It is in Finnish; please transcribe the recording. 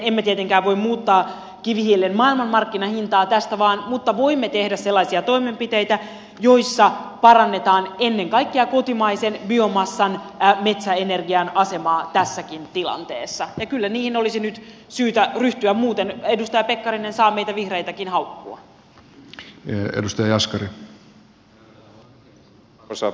emme tietenkään voi muuttaa kivihiilen maailmanmarkkinahintaa tästä vaan mutta voimme tehdä sellaisia toimenpiteitä joilla parannetaan ennen kaikkea kotimaisen biomassan metsäenergian asemaa tässäkin tilanteessa ja kyllä niihin olisi nyt syytä ryhtyä muuten edustaja pekkarinen saa meitä vihreitäkin haukkua